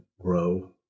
grow